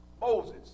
Moses